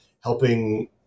helping